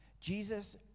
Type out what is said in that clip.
Jesus